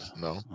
no